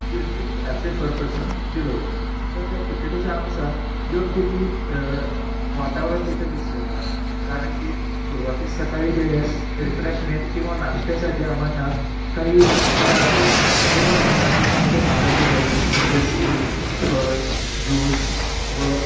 दीडशे रुपये असे पर पर्सन दिलं होतं तर त्या तिकीटाच्या अनुसार योग्य ती वातावरण तिथे दिसले मला कारण की सुरवातीत सकाळी गेल्यास रिफ्रॅशमेंट किंवा नाश्त्यासाठी आम्हाला काही पदार्थ दिले ते पण पदार्थ चांगले आरोग्यदायी म्हणजेच की फळ ज्यूस व